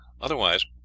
Otherwise